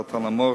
סרטן המוח,